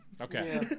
Okay